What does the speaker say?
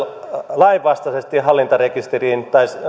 lainvastaisesti hallintarekisteriin tai